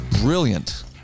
Brilliant